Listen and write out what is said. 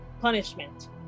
punishment